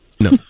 No